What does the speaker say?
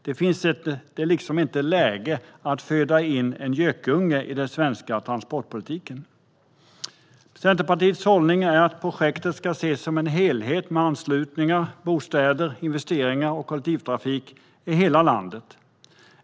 Det är inte läge att föda in en gökunge i den svenska transportpolitiken. Centerpartiets hållning är att projektet ska ses som en helhet med anslutningar, bostäder, investeringar och kollektivtrafik i hela landet.